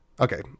okay